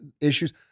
issues